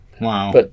Wow